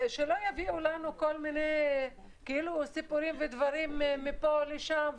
שלא יביאו לנו כל מיני סיפורים ודברים מפה לשם,